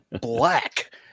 black